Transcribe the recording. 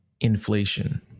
inflation